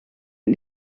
het